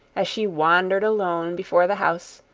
as she wandered alone before the house,